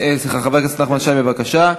חבר הכנסת נחמן שי, בבקשה.